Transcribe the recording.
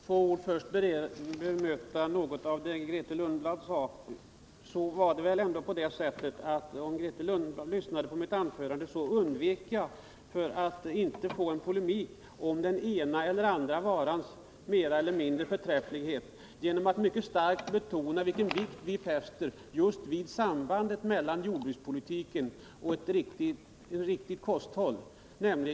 Herr talman! Får jag först med några få ord bemöta något av vad Grethe Lundblad sade. Om hon lyssnade på mitt anförande borde hon ha märkt att jag undvek — för att inte få en polemik om den ena eller andra varans förträfflighet — att mycket starkt betona vilken vikt vi fäster just vid sambandet mellan jordbrukspolitiken och ett riktigt kosthåll.